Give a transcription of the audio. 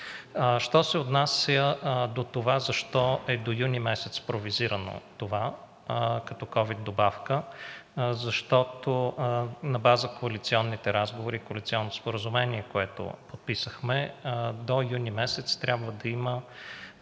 Що се отнася до това защо е до юни месец провизирано това като ковид добавка, защото на базата на коалиционните разговори и коалиционно споразумение, което подписахме, до юни месец трябва да има